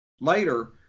later